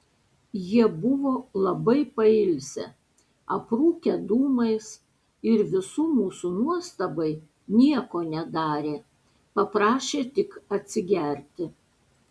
jie buvo labai pailsę aprūkę dūmais ir visų mūsų nuostabai nieko nedarė paprašė tik atsigerti